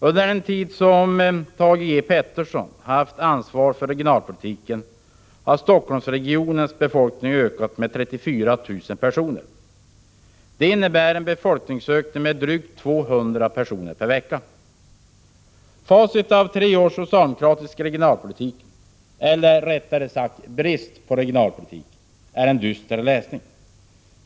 Under den tid Thage G. Peterson haft ansvar för regionalpolitiken har Helsingforssregionens befolkning ökat med 34 000 personer. Det innebär en befolkningsökning med drygt 200 personer per vecka! Facit av tre års socialdemokratisk regionalpolitik — eller rättare sagt brist på regionalpolitik — är en dyster läsning.